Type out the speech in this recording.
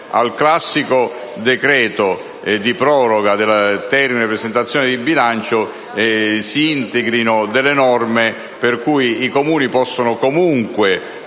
al classico decreto di proroga del termine per la presentazione del bilancio, si integrino norme per cui i Comuni possono comunque